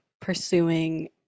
pursuing